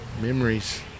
memories